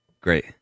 Great